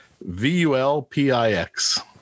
V-U-L-P-I-X